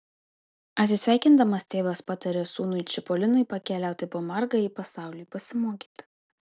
atsisveikindamas tėvas pataria sūnui čipolinui pakeliauti po margąjį pasaulį pasimokyti